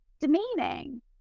demeaning